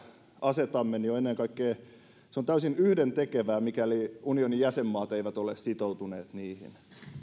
asetamme on ennen kaikkea täysin yhdentekevää mikäli unionin jäsenmaat eivät ole sitoutuneet niihin